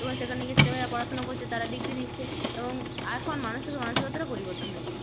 এবং সেখানে গিয়ে ছেলে মেয়েরা পড়াশুনো করছে তারা ডিগ্রি নিচ্ছে এবং এখন মানসিক মানসিকতারও পরিবর্তন হয়েছে